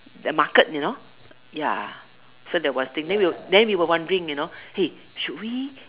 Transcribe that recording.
the market you know ya so that was a thing then we will then we were wondering you know hey should we